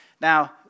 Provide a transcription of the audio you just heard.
Now